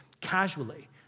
casually